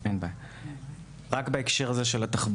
רק בהקשר הזה של התחבורה,